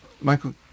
Michael